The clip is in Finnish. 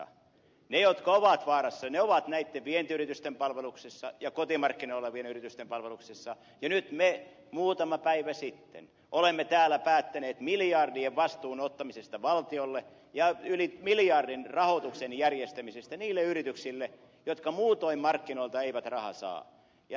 ne jotka ovat vaarassa ovat näitten vientiyritysten palveluksessa ja kotimarkkinoilla olevien yritysten palveluksessa ja nyt me muutama päivä sitten olemme täällä päättäneet miljardien vastuun ottamisesta valtiolle ja yli miljardin rahoituksen järjestämisestä niille yrityksille jotka muutoin markkinoilta eivät rahaa saa